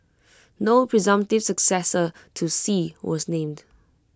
no presumptive successor to Xi was named